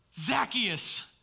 Zacchaeus